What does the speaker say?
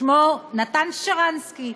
שמו נתן שרנסקי.